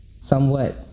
somewhat